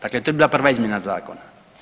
Dakle to je bila prva izmjena zakona.